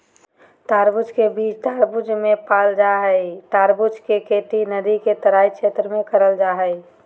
तरबूज के बीज तरबूज मे पाल जा हई तरबूज के खेती नदी के तराई क्षेत्र में करल जा हई